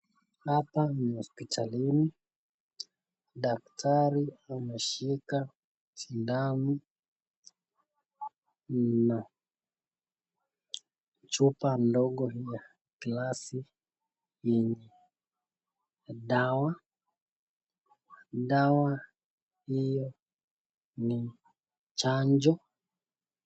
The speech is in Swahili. Hapa ni hospitalini. Daktari ameshika sindano, na chupa ndogo ya glasi yenye dawa. Dawa hiyo ni chanjo.